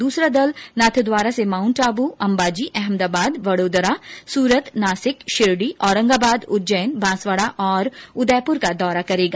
दूसरा दल नाथद्वारा से माउण्ट आबू अम्बाजी अहमदाबाद बडोदरा सूरत नासिक शिरडी औरंगाबाद उज्जैन बांसवाड़ा और उदयप्र का दौरा करेगा